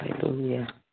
Hallelujah